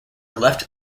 left